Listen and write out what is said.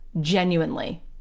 genuinely